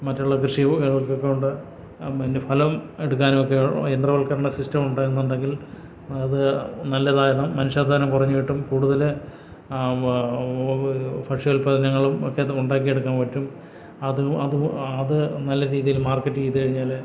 മറ്റുള്ള കൃഷി ഒണ്ട് പിന്നെ ഫലം എടുക്കാനുമോ യന്ത്രവൽക്കരണ സിസ്റ്റം ഉണ്ടെന്നുണ്ടെങ്കിൽ അത് നല്ലതാണ് മാനുഷ്യാധ്വാനം കുറഞ്ഞുകിട്ടും കൂടുതല് ഭക്ഷ്യോത്പാദനങ്ങളും ഒക്കെയതോണ്ടാക്കിയെടുക്കാൻ പറ്റും അത് അതും അത് നല്ല രീതിയിൽ മാർക്കെറ്റെയ്ത് കഴിഞ്ഞാല്